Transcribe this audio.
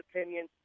opinion